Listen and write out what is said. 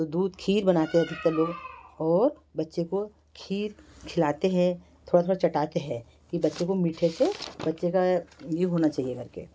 तो दूध खीर बनाते हैं अधिकतर लोग और बच्चे को खीर खिलाते हैं थोड़ा थोड़ा चटाते हैं कि बच्चे को मीठे से बच्चे का ये होना चाहिए करके